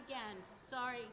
again sorry